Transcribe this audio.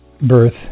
birth